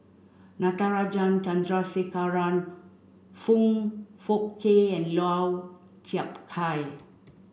Natarajan Chandrasekaran Foong Fook Kay and Lau Chiap Khai